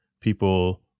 people